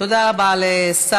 תודה רבה לשר